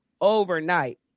overnight